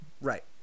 Right